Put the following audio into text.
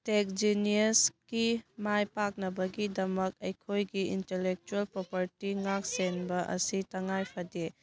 ꯇꯦꯛ ꯖꯤꯅꯤꯌꯁꯀꯤ ꯃꯥꯏ ꯄꯥꯛꯅꯕꯒꯤꯗꯃꯛ ꯑꯩꯈꯣꯏꯒꯤ ꯏꯟꯇꯦꯜꯂꯦꯛꯆ꯭ꯌꯦꯜ ꯄ꯭ꯔꯣꯄꯔꯇꯤ ꯉꯥꯛ ꯁꯦꯟꯕ ꯑꯁꯤ ꯇꯉꯥꯏ ꯐꯗꯦ